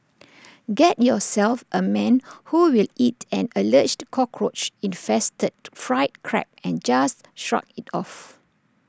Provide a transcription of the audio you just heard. get yourself A man who will eat an Alleged Cockroach infested fried Crab and just shrug IT off